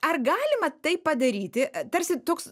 ar galima tai padaryti tarsi toks